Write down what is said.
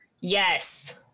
Yes